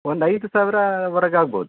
ಒಂದು ಐದು ಸಾವಿರವರೆಗೆ ಆಗ್ಬೋದು